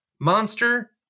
Monster